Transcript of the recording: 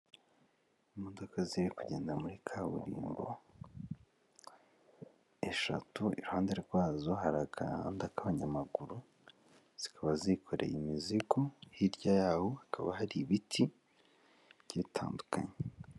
Imodoka ziri kugenda muri kaburimbo, eshatu, iruhande rwazo hari agahanda k'abanyamaguru, zikaba zikoreye imizigo, hirya yaho hakaba hari ibiti bigiye bitandukanye.